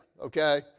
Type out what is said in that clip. okay